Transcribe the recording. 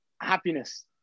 happiness